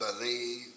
believe